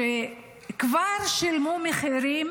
שכבר שילמו מחירים